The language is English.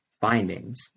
findings